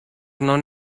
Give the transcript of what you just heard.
non